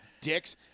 dicks